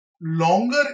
longer